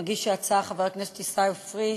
מגיש ההצעה עיסאווי פריג',